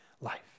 life